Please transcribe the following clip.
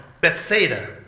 Bethsaida